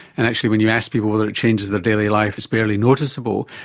and actually when you ask people whether it changes their daily life, it's barely noticeable.